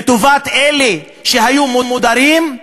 לטובת אלה שהיו מודרים,